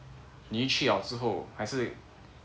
你一去了之后还是